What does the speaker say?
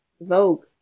Vogue